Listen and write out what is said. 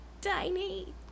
tiny